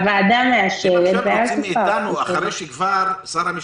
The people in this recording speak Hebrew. הוועדה מאשרת ואז --- מה עכשיו רוצים מאתנו אחרי שכבר שר המשפטים,